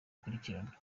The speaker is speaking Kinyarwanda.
akurikirana